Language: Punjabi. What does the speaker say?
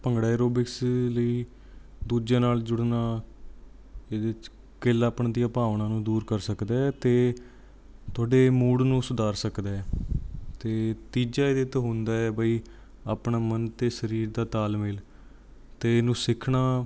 ਭੰਗੜੇ ਐਰੋਬਿਕਸ ਲਈ ਦੂਜਿਆਂ ਨਾਲ ਜੁੜਨਾ ਇਹਦੇ 'ਚ ਇਕੱਲਾਪਣ ਦੀਆਂ ਭਾਵਨਾ ਨੂੰ ਦੂਰ ਕਰ ਸਕਦਾ ਅਤੇ ਤੁਹਾਡੇ ਮੂਡ ਨੂੰ ਸੁਧਾਰ ਸਕਦਾ ਅਤੇ ਤੀਜਾ ਇਹਦੇ ਤੋਂ ਹੁੰਦਾ ਬਈ ਆਪਣਾ ਮਨ ਅਤੇ ਸਰੀਰ ਦਾ ਤਾਲਮੇਲ ਅਤੇ ਇਹਨੂੰ ਸਿੱਖਣਾ